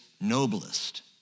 noblest